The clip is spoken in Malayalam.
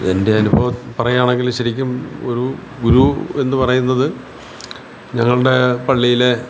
എൻ്റെ അനുഭവം പറയുകയാണെങ്കിൽ ശരിക്കും ഒരു ഗുരു എന്ന് പറയുന്നത് ഞങ്ങളുടെ പള്ളീലെ